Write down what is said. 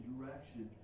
direction